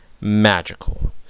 magical